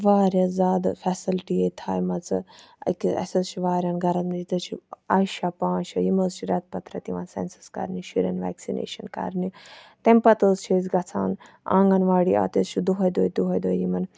واریاہ زیادٕ فیسَلٹی ییٚتہِ تھایمَژٕ اکیاہ اَسہِ حظ چھُ واریَہَن گَرَن ییٚتہِ حظ چھِ اَیشا پانٛژھ شےٚ یِم حظ چھِ ریٚتہٕ پَتہٕ ریٚتہٕ یِوان سیٚنسَس کَرنہِ شُرٮ۪ن ویٚکسِنیشَن کَرنہِ تمہِ پَتہٕ ہش چھِ أسۍ گَژھان آنٛگَنواڈی اَتہِ حظ چھُ دۄہے دۄہے دۄہے دۄہے یِمَن